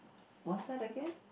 what's that again